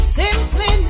simply